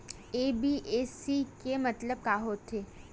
NBFC के मतलब का होथे?